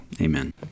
Amen